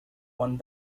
one